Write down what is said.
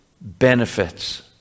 benefits